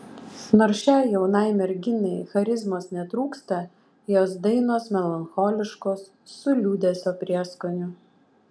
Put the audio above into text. nors šiai jaunai merginai charizmos netrūksta jos dainos melancholiškos su liūdesio prieskoniu